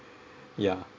ya